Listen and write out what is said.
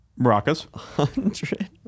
maracas